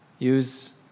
Use